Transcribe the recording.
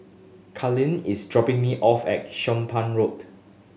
Carlene is dropping me off at Somapah Road